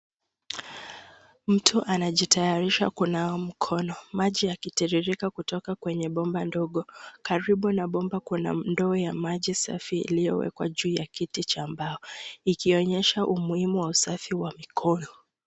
Mtu anajitayarisha kunawa mkono ,maji yakitiririka kutoka kwenye bomba ndogo. Karibu na bomba kuna ndoo ya maji safi iliyo wekwa juu ya kiti cha mbao. Ikionyesha umuhimu wa usafi wa mikono.